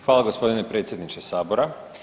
Hvala gospodine predsjedniče Sabora.